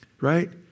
right